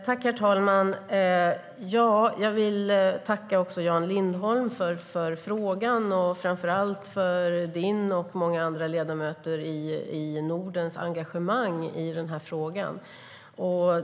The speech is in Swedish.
Herr talman! Jag vill tacka Jan Lindholm för frågan och framför allt för engagemanget i denna fråga från honom och många andra ledamöter i Norden.